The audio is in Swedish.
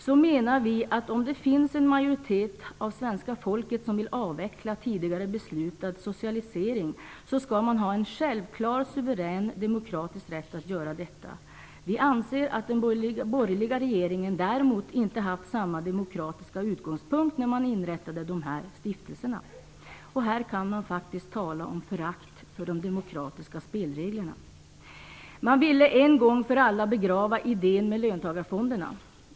Vi menar att om en majoritet av svenska folket vill avveckla tidigare beslutad socialisering skall den ha en självklar, suverän, demokratisk rätt att göra det. Vi anser att den borgerliga regeringen inte har haft samma demokratiska utgångspunkt när man inrättade dessa stiftelser. Här kan man faktiskt tala om förakt för de demokratiska spelreglerna. Man ville en gång för alla begrava idén med löntagarfonderna.